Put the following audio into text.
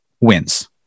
wins